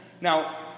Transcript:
Now